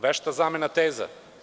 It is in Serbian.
Vešta zamena teza.